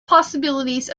possibilities